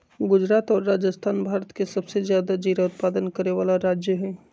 गुजरात और राजस्थान भारत के सबसे ज्यादा जीरा उत्पादन करे वाला राज्य हई